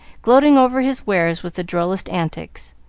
gloating over his wares with the drollest antics.